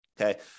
okay